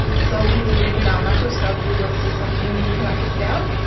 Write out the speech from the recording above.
so with the regular microscope you will see something big like a cell,